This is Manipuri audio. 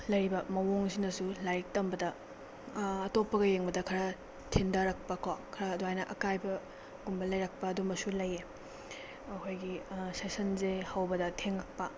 ꯂꯩꯔꯤꯕ ꯃꯑꯣꯡꯁꯤꯅꯁꯨ ꯂꯥꯏꯔꯤꯛ ꯇꯝꯕꯗ ꯑꯇꯣꯞꯄꯒ ꯌꯦꯡꯕꯗ ꯈꯔ ꯊꯤꯟꯗꯔꯛꯄ ꯀꯣ ꯈꯔ ꯑꯗꯨꯃꯥꯏꯅ ꯑꯀꯥꯏꯕꯒꯨꯝꯕ ꯂꯩꯔꯛꯄꯁꯨ ꯂꯩꯌꯦ ꯑꯩꯈꯣꯏꯒꯤ ꯁꯦꯁꯟꯁꯦ ꯍꯧꯕꯗ ꯊꯦꯡꯉꯛꯄ